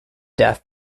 death